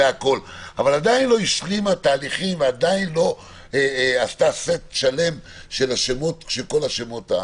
אבל עדיין לא השלימה תהליכים ועדיין לא עשתה סט שלם של כל השמות,